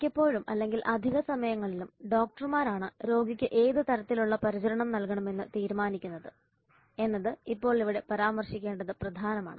മിക്കപ്പോഴും അല്ലെങ്കിൽ അധിക സമയങ്ങളിലും ഡോക്ടർമാരാണ് രോഗിക്ക് ഏത് തരത്തിലുള്ള പരിചരണം നൽകണമെന്ന് തീരുമാനിക്കുന്നത് എന്നത് ഇപ്പോൾ ഇവിടെ പരാമർശിക്കേണ്ടത് പ്രധാനമാണ്